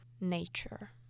nature